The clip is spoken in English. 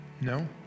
no